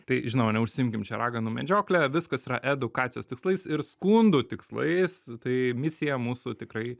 tai žinau neužsiimsim čia raganų medžiokle viskas yra edukacijos tikslais ir skundų tikslais tai misija mūsų tikrai